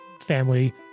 family